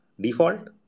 Default